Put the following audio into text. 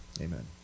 amen